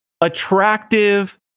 attractive